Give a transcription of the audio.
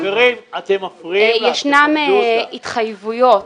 שישנן התחייבויות